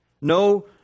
No